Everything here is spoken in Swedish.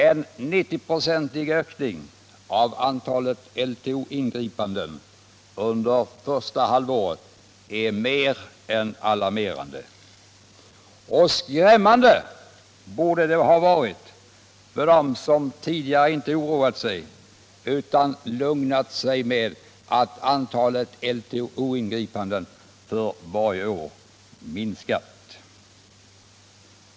En 90-procentig ökning av antalet LTO-ingripanden under första halvåret är mer än alarmerande. Och skrämmande borde det ha varit för dem som tidigare inte oroat sig utan lugnat sig med att antalet LTO ingripanden för varje år minskat.